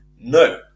No